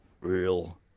Real